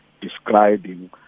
describing